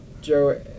Joe